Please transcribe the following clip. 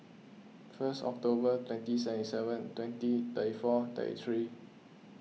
first October twenty seventy seven twenty thirty four thirty three